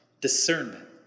discernment